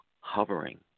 hovering